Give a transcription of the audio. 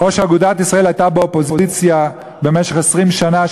או שאגודת ישראל הייתה באופוזיציה במשך 20 שנה,